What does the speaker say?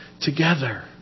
together